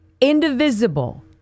indivisible